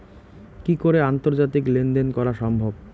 কি করে আন্তর্জাতিক লেনদেন করা সম্ভব?